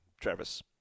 Travis